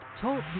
Talk